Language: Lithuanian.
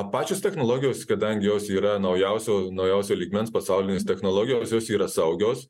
pačios technologijos kadangi jos yra naujausio naujausio lygmens pasaulinės technologijos jos yra saugios